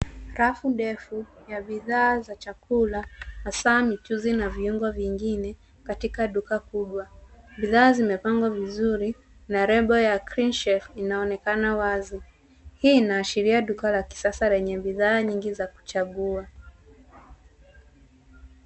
Rafu ndefu ya bidhaa za chakula hasa mchuzi na viungo vingine katika duka kubwa. Bidhaa zimepangwa vizuri na lebo ya Clean Chef inaonekana wazi. Hii inaashiria duka la kisasa lenye bidhaa nyingi za kuchagua.